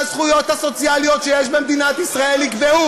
והזכויות הסוציאליות שיש במדינת ישראל יקבעו